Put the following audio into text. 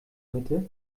mitte